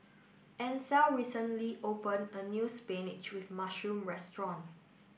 Ansel recently opened a new Spinach with Mushroom Restaurant